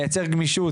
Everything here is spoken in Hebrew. לייצר גמישות,